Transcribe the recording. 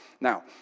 Now